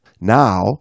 Now